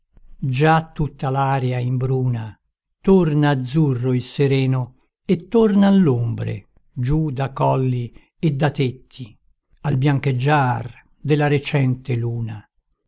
già tutta l'aria imbruna torna azzurro il sereno e tornan l'ombre giù da colli e da tetti al biancheggiar della recente luna